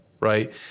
right